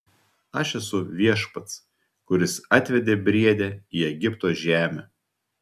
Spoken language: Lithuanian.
aš esu viešpats kuris atvedė briedę į egipto žemę